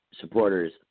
supporters